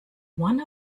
one